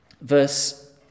verse